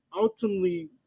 ultimately